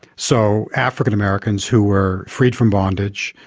so african americans who were freed from bondage,